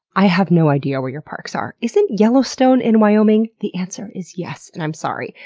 i have no idea where your parks are. isn't yellowstone in wyoming? the answer is yes, and i'm sorry.